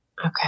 Okay